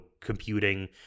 computing